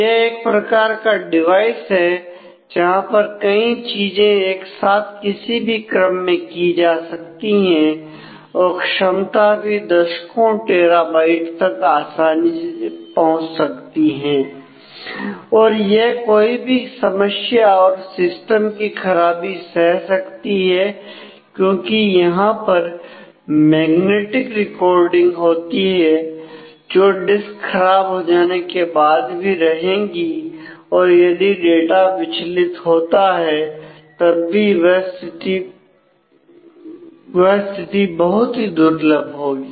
यह एक प्रकार का डिवाइस है जहां पर कई चीजें एक साथ किसी भी क्रम में की जा सकती हैं और क्षमता भी दशकों टेराबाइट्स तक आसानी से पहुंच सकती हैं और यह कोई भी समस्या और सिस्टम की खराबी सह सकती है क्योंकि यहां पर मैग्नेटिक रिकॉर्डिंग होगी जो डिस्क खराब हो जाने के बाद भी रहेगी और यदि डाटा विचलित होता है तब भी वह स्थिति बहुत ही दुर्लभ होगी